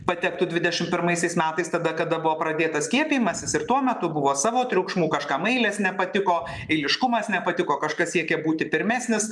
patektų dvidešim pirmaisiais metais tada kada buvo pradėtas skiepijimasis ir tuo metu buvo savo triukšmų kažkam eilės nepatiko eiliškumas nepatiko kažkas siekė būti pirmesnis